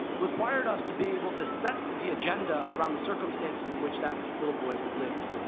required us to be able to set the agenda around the circumstances in which that little boy lives.